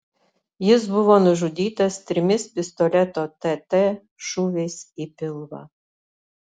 jis buvo nužudytas trimis pistoleto tt šūviais į pilvą